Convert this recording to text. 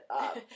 up